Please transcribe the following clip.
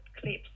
clips